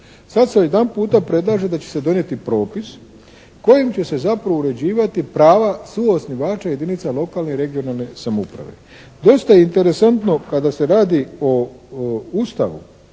Sad se odjedanputa predlaže da će se donijeti propis kojim će se zapravo uređivati prava suosnivača jedinica lokalne i regionalne samouprave. Dosta je interesantno kada se radi o Ustavu.